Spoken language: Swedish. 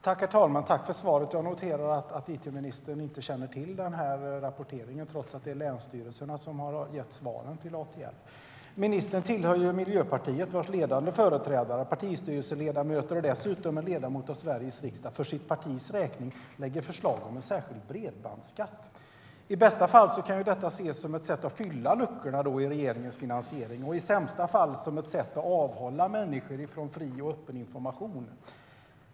Herr talman! Tack för svaret! Jag noterar att it-ministern inte känner till den här rapporteringen, trots att det är länsstyrelserna som har gett svaren till ATL. Ministern tillhör Miljöpartiet, vars ledande företrädare, partistyrelseledamöter och dessutom en ledamot av Sveriges riksdag för sitt partis räkning lägger fram förslag om en särskild bredbandsskatt. I bästa fall kan detta ses som ett sätt att fylla luckorna i regeringens finansiering och i sämsta fall som ett sätt att avhålla människor från fri och öppen information.